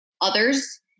others